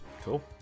Cool